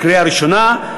קריאה ראשונה.